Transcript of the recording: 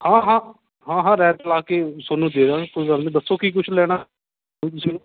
ਹਾਂ ਹਾਂ ਹਾਂ ਹਾਂ ਰਹਿਤ ਲਾ ਕੇ ਤੁਹਾਨੂੰ ਦੇਦਾਂਗੇ ਕੋਈ ਗੱਲ ਨਹੀਂ ਦੱਸੋ ਕੀ ਕੁਛ ਲੈਣਾ ਤੁਸੀਂ